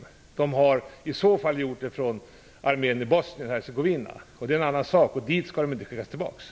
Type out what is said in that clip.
Om de har deserterat har de i så fall gjort det från armén i Bosnien-Hercegovina. Det är en annan sak. Dit skall de inte skickas tillbaka.